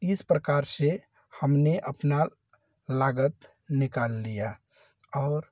इस प्रकार से हमने अपना लागत निकाल लिया और